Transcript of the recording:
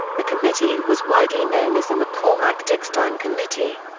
the committee was widely known as the mccormack-dickstein committee.